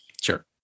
Sure